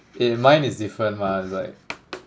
in mine is different mah it's like